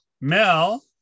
Mel